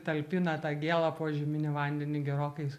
talpina tą gėlą požeminį vandenį gerokai